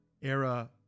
era